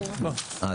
אה,